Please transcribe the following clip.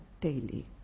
daily